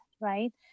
Right